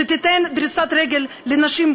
שתיתן דריסת רגל לנשים,